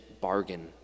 bargain